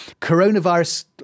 Coronavirus